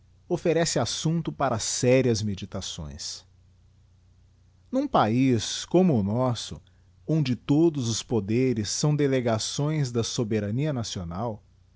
ofiferece assumpto para sérias meditações n'um paiz como o nosso onde todos os poderes são delegações da soberania nacional